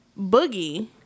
Boogie